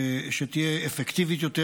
שתהיה אפקטיבית יותר.